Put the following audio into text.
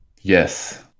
yes